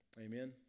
Amen